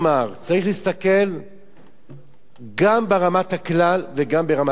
צריך להסתכל גם ברמת הכלל וגם ברמת הפרט.